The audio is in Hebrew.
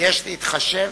יש להתחשב